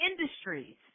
industries